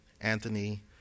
Anthony